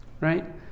right